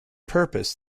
purpose